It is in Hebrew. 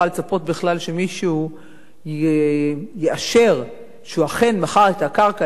לצפות בכלל שמישהו יאשר שהוא אכן מכר את הקרקע